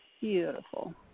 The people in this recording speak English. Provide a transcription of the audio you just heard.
Beautiful